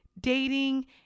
dating